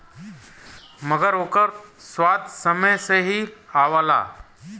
मगर ओकर स्वाद समय से ही आवला